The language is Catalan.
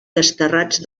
desterrats